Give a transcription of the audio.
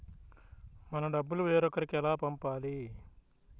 మన డబ్బులు వేరొకరికి ఎలా పంపాలి?